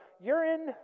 urine